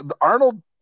Arnold